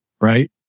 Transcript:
right